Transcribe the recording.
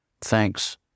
thanks